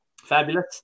fabulous